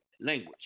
language